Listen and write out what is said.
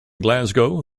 glasgow